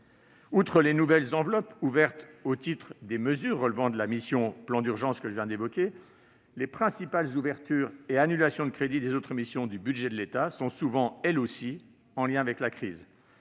Outre les nouvelles enveloppes ouvertes au titre des mesures relevant de la mission « Plan d'urgence face à la crise sanitaire », que je viens d'évoquer, les principales ouvertures et annulations de crédits des autres missions du budget de l'État sont souvent, elles aussi, en lien avec la crise